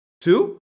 two